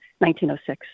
1906